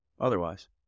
otherwise